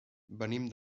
venim